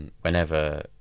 Whenever